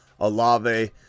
Alave